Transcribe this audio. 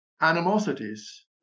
animosities